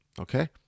Okay